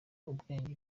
ubwenge